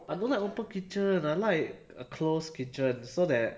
I don't like open kitchen I like a close kitchen so that